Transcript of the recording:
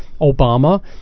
Obama